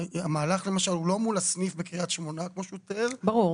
המהלך הוא לא מול הסניף בקריית שמונה כמו שהוא תיאר אלא מול ההנהלה.